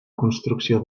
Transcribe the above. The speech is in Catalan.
construcció